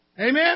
Amen